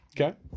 okay